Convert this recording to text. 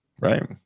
right